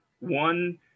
one